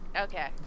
okay